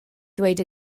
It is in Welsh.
ddweud